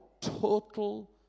total